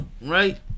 Right